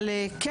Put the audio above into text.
אבל כן,